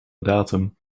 datum